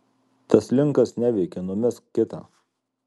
tas linkas neveikia numesk kitą